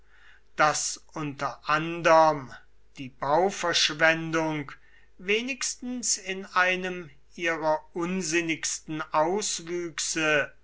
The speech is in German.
das unter anderm die bauverschwendung wenigstens in einem ihrer unsinnigsten auswüchse